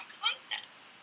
contest